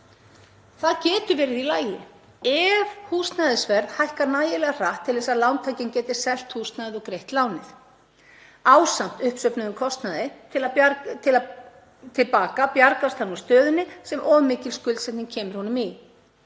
Það getur verið í lagi. Ef húsnæðisverð hækkar nægilega hratt til að lántakinn geti selt húsnæðið og greitt lánið ásamt uppsöfnuðum kostnaði til baka bjargast hann úr stöðunni sem of mikil skuldsetning kemur honum í.